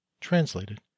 Translated